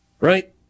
right